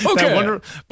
Okay